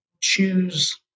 choose